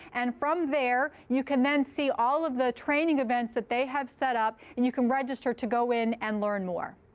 and from there, you can then see all of the training events that they have set up. and you can register to go in and learn more.